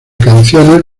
canciones